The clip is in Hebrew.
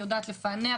היא יודעת לפענח,